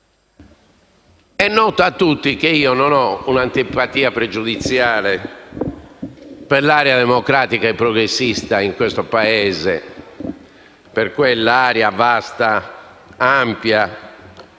È noto a tutti che non ho un'antipatia pregiudiziale per l'area democratica e progressista di questo Paese: mi riferisco a quell'area vasta e ampia